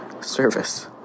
service